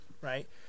right